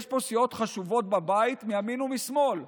יש פה סיעות חשובות בבית מימין ומשמאל.